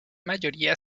mayoría